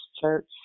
Church